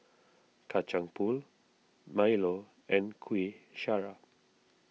Kacang Pool Milo and Kuih Syara